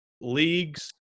leagues